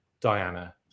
Diana